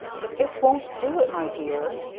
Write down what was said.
but this won't do it, my dear!